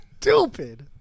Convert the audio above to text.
stupid